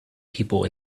people